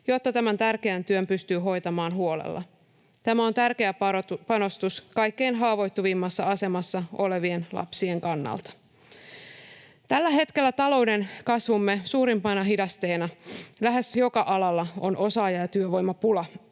jotta tämän tärkeän työn pystyy hoitamaan huolella. Tämä on tärkeä panostus kaikkein haavoittuvimmassa asemassa olevien lapsien kannalta. Tällä hetkellä talouden kasvumme suurimpana hidasteena lähes joka alalla on osaaja- ja työvoimapula.